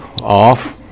off